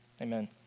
Amen